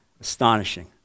Astonishing